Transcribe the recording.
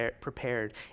prepared